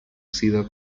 sido